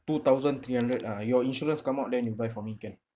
two thousand three hundred ah your insurance come out then you buy for me can